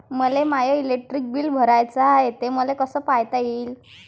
मले माय electric bill भराचं हाय, ते मले कस पायता येईन?